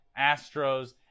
Astros